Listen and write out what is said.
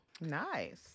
nice